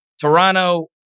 Toronto